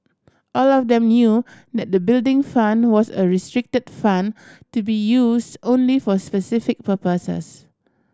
all of them knew that the Building Fund was a restricted fund to be use only for specific purposes